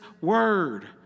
word